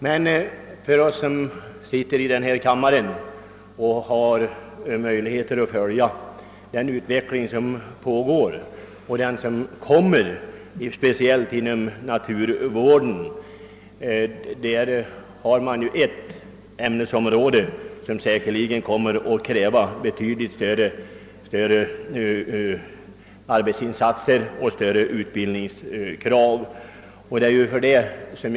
Men kammarledamöterna kan ju följa den pågående utvecklingen och den som är att förutse, speciellt när det gäller naturvården. Denna kommer säkert att kräva större arbetsinsatser och medföra större krav på utbildning.